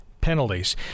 penalties